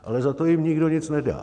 Ale za to jim nikdo nic nedá.